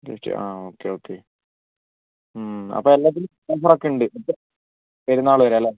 അതെ okay okay അപ്പോൾ എല്ലാത്തിനും ഓഫർ ഒക്കെ ഉണ്ട് പെരുന്നാൾ വരെ അല്ലെ